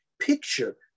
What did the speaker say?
Picture